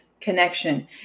connection